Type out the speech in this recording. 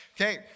Okay